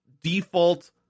default